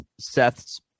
seth's